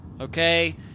okay